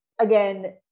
again